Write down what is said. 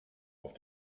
auf